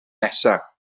nesaf